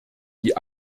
die